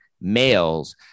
males